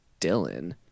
Dylan